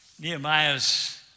Nehemiah's